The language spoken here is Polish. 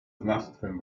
znawstwem